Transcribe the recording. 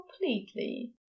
completely